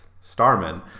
Starman